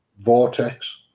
vortex